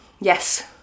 yes